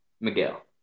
Miguel